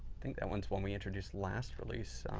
think that one is one we introduced last release.